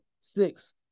six